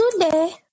Today